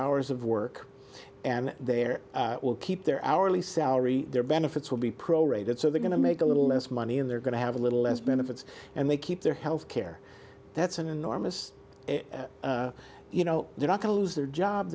hours of work and their will keep their hourly salary their benefits will be pro rated so they're going to make a little less money and they're going to have a little less benefits and they keep their health care that's an enormous you know they're not going to lose their job